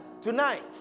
Tonight